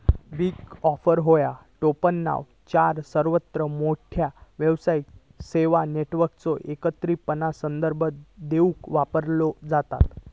big four ह्यो टोपणनाव चार सर्वात मोठ्यो व्यावसायिक सेवा नेटवर्कचो एकत्रितपणान संदर्भ देवूक वापरलो जाता